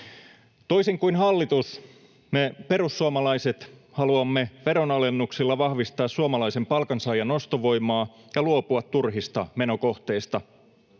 Toisin kuin hallitus me perussuomalaiset haluamme veronalennuksilla vahvistaa suomalaisen palkansaajan ostovoimaa ja luopua turhista menokohteista.